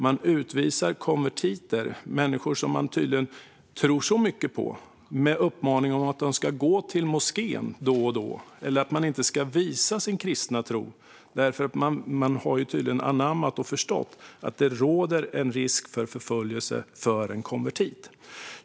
Man utvisar konvertiter, människor som man tydligen tror så mycket på, med uppmaningen att de ska gå till moskén då och då eller att de inte ska visa sin kristna tro. Man har tydligen förstått att det råder risk för förföljelse för en konvertit.